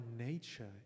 nature